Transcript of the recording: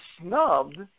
snubbed